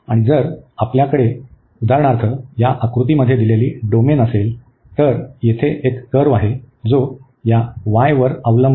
आणि जर आपल्याकडे उदाहरणार्थ या आकृतीमध्ये दिलेली डोमेन असेल तर येथे एक कर्व्ह आहे जो या y वर अवलंबून आहे